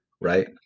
right